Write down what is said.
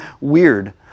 weird